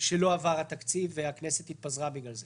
שלא עבר התקציב והכנסת התפזרה בגלל זה.